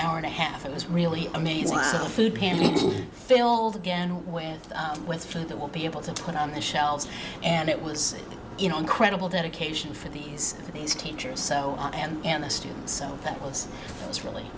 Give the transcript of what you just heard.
hour and a half it was really amazing the food pantry filled again when i went through that will be able to put on the shelves and it was you know incredible dedication for these these teachers so and and the students so that was it was really